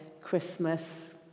Christmas